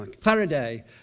Faraday